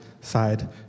side